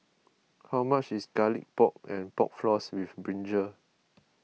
how much is Garlic Pork and Pork Floss with Brinjal